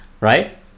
Right